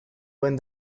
buen